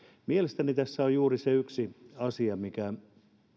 mielestäni tässä on yksi asia mikä